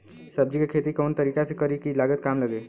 सब्जी के खेती कवना तरीका से करी की लागत काम लगे?